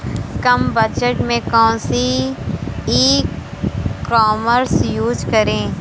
कम budget में कौन सी ई कॉमर्स यूज़ करें?